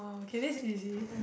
okay this is easy